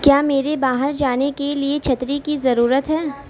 کیا میرے باہر جانے کے لیے چھتری کی ضرورت ہے